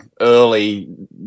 early